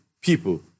people